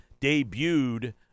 debuted